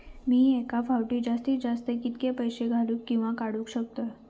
मी एका फाउटी जास्तीत जास्त कितके पैसे घालूक किवा काडूक शकतय?